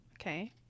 Okay